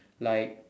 like